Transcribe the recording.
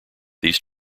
these